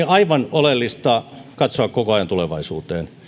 aivan oleellista katsoa koko ajan tulevaisuuteen